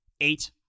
eight